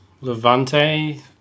Levante